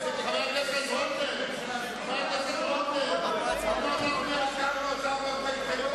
לא תוכל לעמוד בזה.